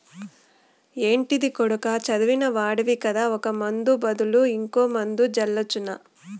ఏంటిది కొడకా చదివిన వాడివి కదా ఒక ముందు బదులు ఇంకో మందు జల్లవచ్చునా